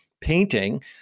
painting